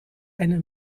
eine